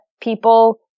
people